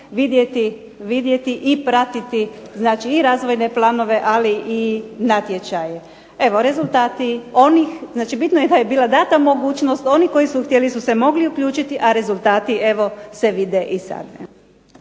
vidjeti i pratiti znači i razvojne planove, ali i natječaje. Evo rezultati onih, znači bitno je da je bila dana mogućnost, oni koji su htjeli su se mogli uključiti, a rezultati evo se vide i sada.